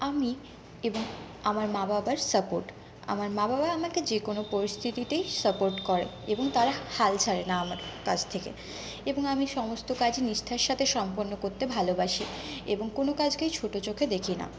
আমি এবং আমার মা বাবার সাপোর্ট আমার মা বাবা আমাকে যে কোনো পরিস্থিতিতেই সাপোর্ট করে এবং তারা হাল ছাড়ে না আমার কাছ থেকে এবং আমি সমস্ত কাজই নিষ্ঠার সাথে সম্পূর্ণ করতে ভালোবাসি এবং কোনো কাজকেই ছোট চোখে দেখি না